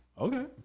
Okay